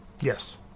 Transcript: Yes